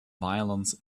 violence